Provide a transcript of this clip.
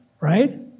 right